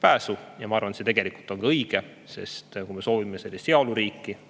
pääsu. Ma arvan, et see on tegelikult õige, sest kui me soovime sellist heaoluriiki,